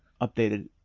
updated